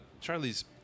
Charlie's